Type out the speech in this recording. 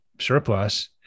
surplus